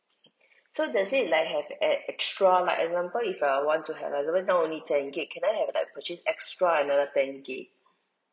so does it like have a extra like example if I want to have for example now only ten gig can I have like purchase extra another ten gig